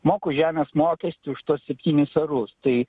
moku žemės mokestį už tuos septynis arus tai